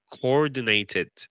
coordinated